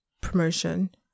promotion